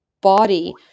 body